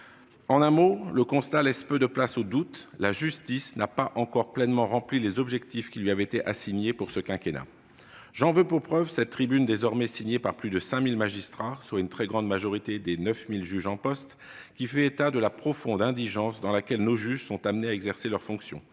En un mot, le constat laisse peu de place au doute : la justice n'a pas encore pleinement rempli les objectifs qui lui avaient été assignés pour ce quinquennat. J'en veux pour preuve la tribune désormais signée par plus de 5 000 magistrats, soit une large majorité des 9 000 juges en poste, qui fait état de la profonde indigence dans laquelle nos juges sont amenés à exercer leurs fonctions.